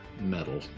metal